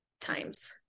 times